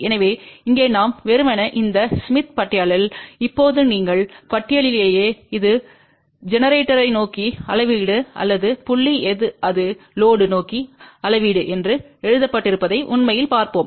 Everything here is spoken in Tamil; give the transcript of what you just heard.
எனவே இங்கே நாம் வெறுமனே இந்த ஸ்மித் பட்டியலில் smith chart இப்போது நீங்கள் பட்டியலிலேயே இது ஜெனரேட்டரை நோக்கிய அளவீடு அல்லது புள்ளி அது லோடு நோக்கி அளவீடு என்று எழுதப்பட்டிருப்பதை உண்மையில் பார்ப்போம்